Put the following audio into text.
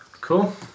cool